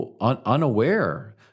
unaware